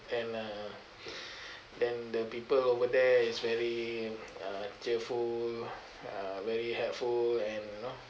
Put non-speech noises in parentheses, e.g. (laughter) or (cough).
and uh (breath) then the people over there is very uh cheerful uh very helpful and you know